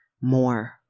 more